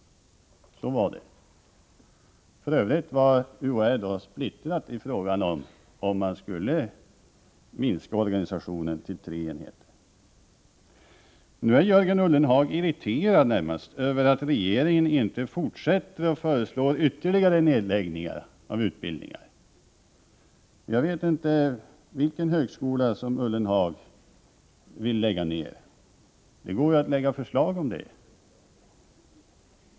Så var det. För övrigt var UHÄ splittrat i frågan om man skulle minska organisationen till tre enheter. Nu är Jörgen Ullenhag närmast irriterad över att regeringen inte fortsätter och föreslår ytterligare nedläggningar av utbildningar. Jag vet inte vilken högskola som Ullenhag vill lägga ner. Det går ju att komma med förslag om detta.